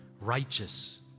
righteous